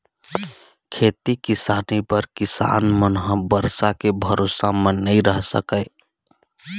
खेती किसानी बर किसान मन ह बरसा के भरोसा म नइ रह सकय